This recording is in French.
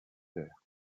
prévert